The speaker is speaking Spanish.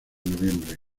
noviembre